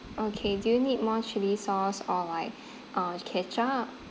okay do you need more chilli sauce or like uh ketchup